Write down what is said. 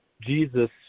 Jesus